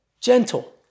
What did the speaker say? gentle